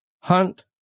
hunt